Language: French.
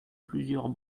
plusieurs